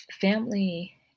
Family